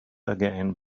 again